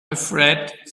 afraid